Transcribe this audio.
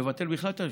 לבטל בכלל את,